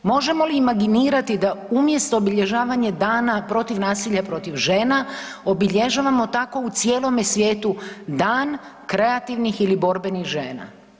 Možemo li imaginirati da umjesto obilježavanja dana protiv nasilja protiv žena obilježavamo tako u cijelome svijetu dan kreativnih ili borbenih žena?